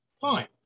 fine